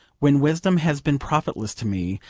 when wisdom has been profitless to me,